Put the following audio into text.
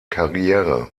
karriere